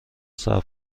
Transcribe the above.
صبر